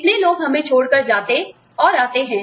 कितने लोग हमें छोड़ कर जाते और आते हैं